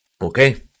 Okay